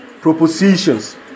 propositions